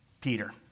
Peter